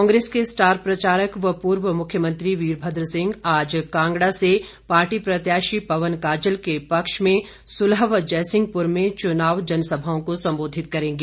कांग्रेस के स्टार प्रचारक व पूर्व मुख्यमंत्री वीरभद्र सिंह आज कांगड़ा से पार्टी प्रत्याशी पवन काजल के पक्ष में सुलह व जयसिंहपुर में चुनाव जनसभाओं को संबोधित करेंगे